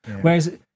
Whereas